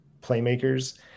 playmakers